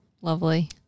Lovely